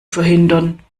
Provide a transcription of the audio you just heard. verhindern